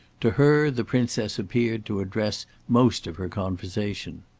to her the princess appeared to address most of her conversation.